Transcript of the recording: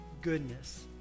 goodness